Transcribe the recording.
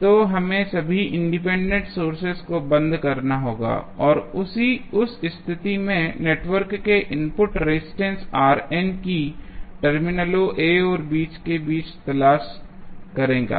तो हमें सभी इंडिपेंडेंट सोर्सेज को बंद करना होगा और उस स्थिति में नेटवर्क के इनपुट रेजिस्टेंस की टर्मिनलों a और b के बीच तलाश करेगा